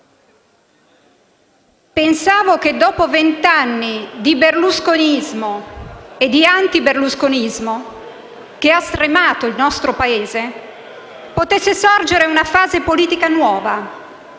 Pensavo che, dopo vent'anni di berlusconismo e di antiberlusconismo che hanno stremato il nostro Paese, potesse sorgere una fase politica nuova,